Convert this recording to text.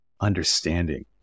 understanding